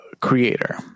creator